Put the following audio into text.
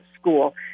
school